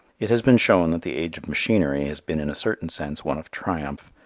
it has been shown that the age of machinery has been in a certain sense one of triumph,